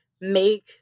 make